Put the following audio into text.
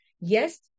yes